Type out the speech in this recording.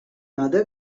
other